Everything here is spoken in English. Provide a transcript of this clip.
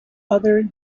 other